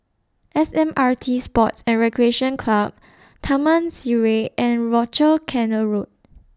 S M R T Sports and Recreation Club Taman Sireh and Rochor Canal Road